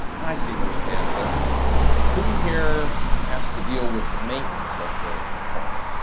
i see most hands. ah who here has to deal with the maintenance of their car?